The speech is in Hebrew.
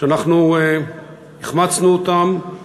שאנחנו החמצנו אותם,